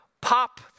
pop